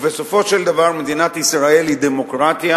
ובסופו של דבר מדינת ישראל היא דמוקרטיה,